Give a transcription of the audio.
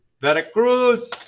Veracruz